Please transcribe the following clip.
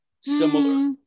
similar